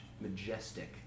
majestic